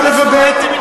או-טו-טו,